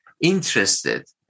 interested